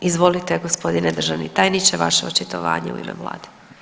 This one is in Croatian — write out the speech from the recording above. Izvolite gospodine državni tajniče vaše očitovanje u ime u vlade.